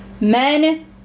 men